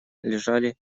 лежали